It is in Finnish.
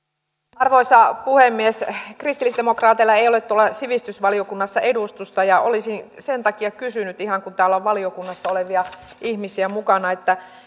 arvoisa puhemies kristillisdemokraateilla ei ole tuolla sivistysvaliokunnassa edustusta ja olisin sen takia kysynyt ihan kun täällä on valiokunnassa olevia ihmisiä mukana